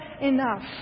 enough